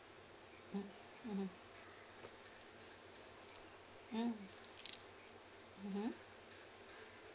mm mmhmm mm mmhmm